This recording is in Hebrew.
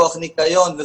כוח ניקיון,